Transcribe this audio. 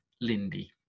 Lindy